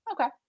Okay